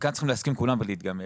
וכאן צריכים להסכים כולם ולהתגמש,